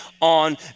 on